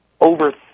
over